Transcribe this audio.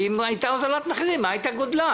ואם כן אז מה היה גודלה.